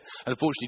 unfortunately